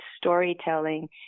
storytelling